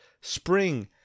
spring